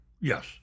Yes